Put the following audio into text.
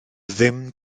ddim